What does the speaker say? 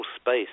space